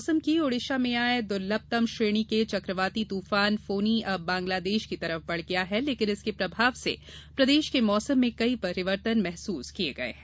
मौसम उडीसा में आए दुर्लभतम श्रेणी के चकवाती तूफान फोनो अब बांग्लादेश की तरफ बढ गया है लेकिन इसके प्रभाव से प्रदेश के मौसम में कई परिवर्तन महसूस किये गये है